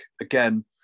again